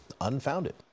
unfounded